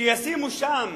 שישימו שם